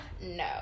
no